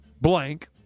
blank